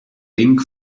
pink